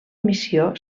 missió